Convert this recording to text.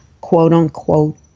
quote-unquote